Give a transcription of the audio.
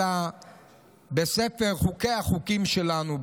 אלא בספר חוקי-החוקים שלנו,